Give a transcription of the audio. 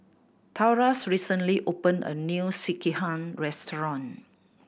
Taurus recently opened a new Sekihan restaurant